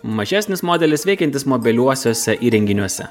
mažesnis modelis veikiantis mobiliuosiuose įrenginiuose